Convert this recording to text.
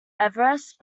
everest